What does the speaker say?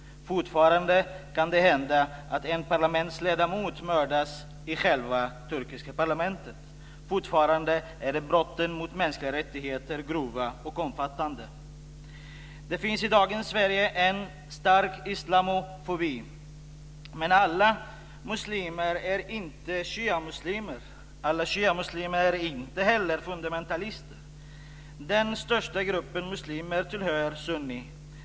Fortfarande kan det hända att en parlamentsledamot mördas i själva det turkiska parlamentet. Fortfarande är brotten mot mänskliga rättigheter grova och omfattande. Det finns i dagens Sverige en stark islamofobi, men alla muslimer är inte shiamuslimer, och alla shiamuslimer är inte heller fundamentalister. Den största gruppen muslimer är sunniter.